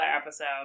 episode